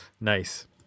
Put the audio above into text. Nice